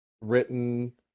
written